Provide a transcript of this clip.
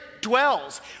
dwells